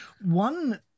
One